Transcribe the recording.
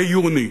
ביוני.